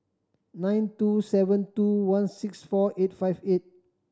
nine two seven two one six four eight five eight